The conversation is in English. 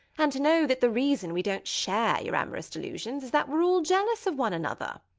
and to know that the reason we don't share your amorous delusions is that we're all jealous of one another!